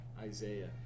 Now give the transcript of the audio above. Isaiah